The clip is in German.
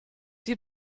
die